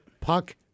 puck